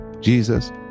Jesus